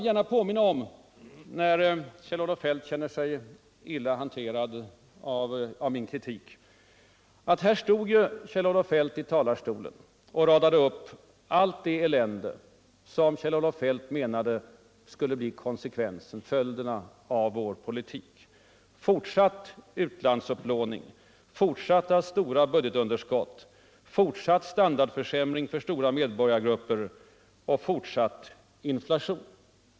| När nu Kjell-Olof Feldt känner sig illa hanterad av min kritik vill jag påminna honom om att han stod här i talarstolen och radade upp allt det elände som enligt honom skulle bli följden av vår politik. Det var fortsatt utlandsupplåning, fortsatta stora budgetunderskott, fortsatt standardförsämring för stora medborgargrupper och fortsatt inflation.